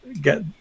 get